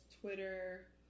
Twitter